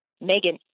Megan